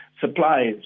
supplies